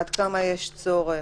עד כמה יש צורך?